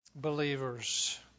believers